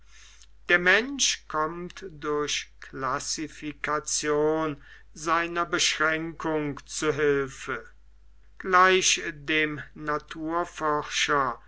der mensch kommt durch classification seiner beschränkung zu hilfe gleich dem naturforscher